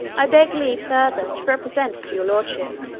i beg leave further to represent to your lordship,